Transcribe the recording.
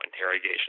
interrogation